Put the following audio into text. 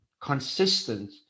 consistent